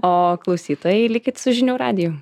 o klausytojai likit su žinių radiju